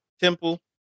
temple